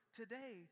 today